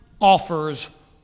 offers